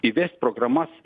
įvest programas